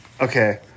Okay